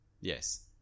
Yes